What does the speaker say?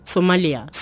Somalia